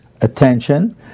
attention